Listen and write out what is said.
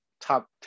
top